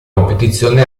competizione